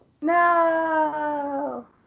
No